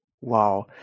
Wow